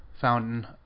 fountain